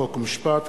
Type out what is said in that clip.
חוק ומשפט.